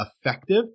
effective